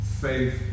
Faith